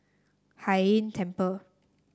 Hai Inn Temple